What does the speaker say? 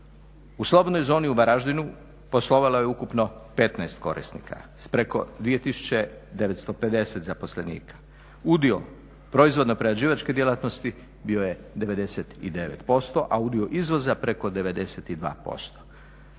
U slobodnoj zoni u Varaždinu poslovalo je ukupno 15 korisnika s preko 2950 zaposlenika. Udio proizvodno-prerađivačke djelatnosti bio je 99%, a udio izvoza preko 92%.